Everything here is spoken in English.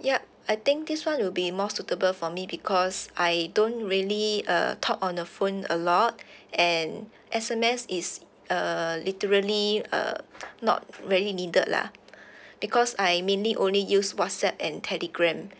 yup I think this one will be more suitable for me because I don't really uh talk on the phone a lot and S_M_S is uh literally uh not really needed lah because I mainly only use whatsapp and telegram